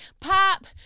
Pop